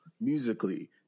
musically